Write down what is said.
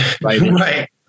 right